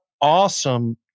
awesome